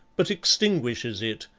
but extinguishes it,